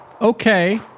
Okay